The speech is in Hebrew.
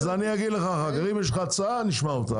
אם יש לך הצעה נשמע אותה,